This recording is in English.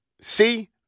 see